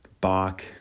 Bach